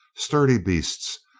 sturdy beasts,